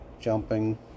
jumping